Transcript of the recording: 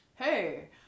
hey